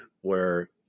where-